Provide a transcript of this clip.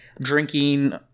drinking